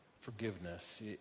forgiveness